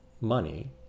money